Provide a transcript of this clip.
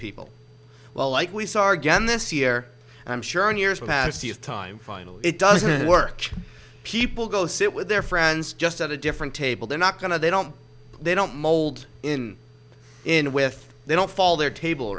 people well like we saw again this year and i'm sure in years past the of time finally it doesn't work people go sit with their friends just at a different table they're not going to they don't they don't mold in in with they don't fall their table